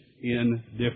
indifference